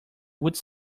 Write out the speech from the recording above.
would